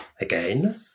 again